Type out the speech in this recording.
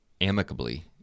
amicably